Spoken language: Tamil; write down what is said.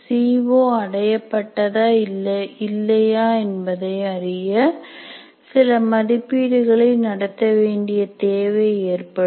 சிஓ அடையப்பட்டதா இல்லையா என்பதை அறிய சில மதிப்பீடுகளை நடத்த வேண்டிய தேவை ஏற்படும்